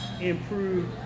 improve